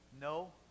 no